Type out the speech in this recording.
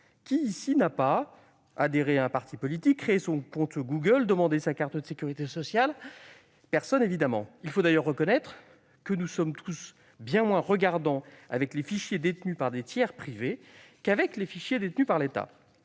Qui, ici, n'a pas adhéré à un parti politique, créé son compte Google, demandé sa carte de sécurité sociale ? Personne, évidemment ! Il faut d'ailleurs reconnaître que nous sommes tous bien moins regardants avec les fichiers détenus par des tiers privés qu'avec les fichiers détenus par l'État.